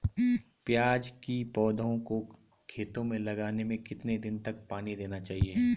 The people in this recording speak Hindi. प्याज़ की पौध को खेतों में लगाने में कितने दिन तक पानी देना चाहिए?